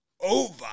Over